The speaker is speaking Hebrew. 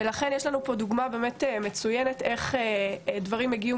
לכן יש לנו פה דוגמה מצוינת איך דברים הגיעו